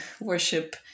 worship